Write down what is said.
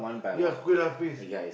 ya Kueh-lapis